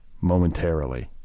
momentarily